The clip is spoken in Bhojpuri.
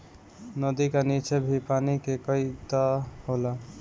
नदी का नीचे भी पानी के कई तह होला